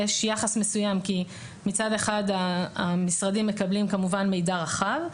יש יחס מסוים כי מצד אחד המשרדים מקבלים כמובן מידע רחב,